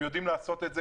הם יודעים לעשות את זה.